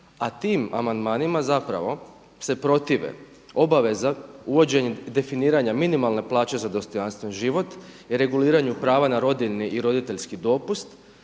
a tim amandmanima zapravo se protive obaveza uvođenja i definiranja minimalne plaće za dostojanstven život i reguliranju prava na rodiljni i roditeljski dopust,